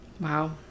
Wow